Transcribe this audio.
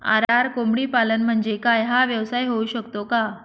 RR कोंबडीपालन म्हणजे काय? हा व्यवसाय होऊ शकतो का?